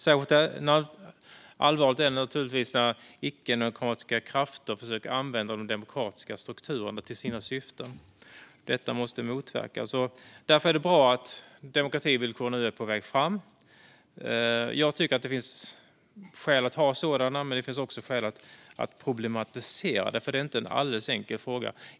Särskilt allvarligt är det när icke-demokratiska krafter försöker använda de demokratiska strukturerna för sina syften. Detta måste motverkas. Det är därför bra att demokrativillkoren nu är på väg. Det finns skäl att ha sådana, men det finns också skäl att problematisera det här. Det är inte en alldeles enkel fråga.